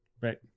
Right